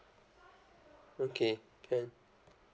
okay can